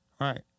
Right